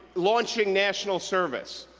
launching national service,